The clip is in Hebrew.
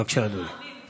בבקשה, אדוני.